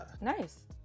Nice